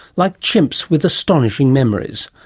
like chimps with astonishing memories,